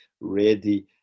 ready